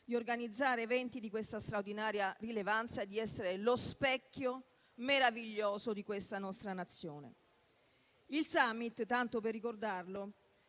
organizzare eventi di questa straordinaria rilevanza e di essere lo specchio meraviglioso di questa nostra Nazione. Il *summit*, tanto per ricordarlo,